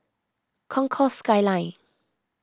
Concourse Skyline